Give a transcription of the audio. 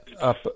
up